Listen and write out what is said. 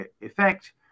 effect